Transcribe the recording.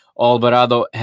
Alvarado